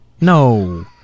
No